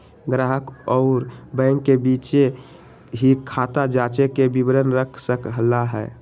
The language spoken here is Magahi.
ग्राहक अउर बैंक के बीचे ही खाता जांचे के विवरण रख सक ल ह